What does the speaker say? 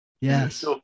yes